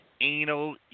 Anal